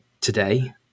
today